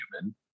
human